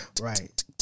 Right